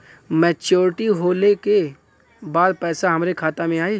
Maturity होले के बाद पैसा हमरे खाता में आई?